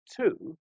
two